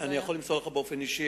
אוכל למסור לך באופן אישי,